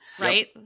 Right